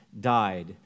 died